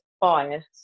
bias